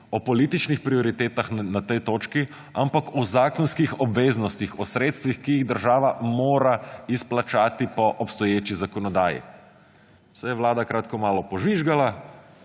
o političnih prioritetah na tej točki, ampak o zakonskih obveznostih, o sredstvih, ki jih država mora izplačati po obstoječi zakonodaji. Vlada pa se je kratko malo požvižgala